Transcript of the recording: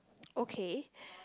okay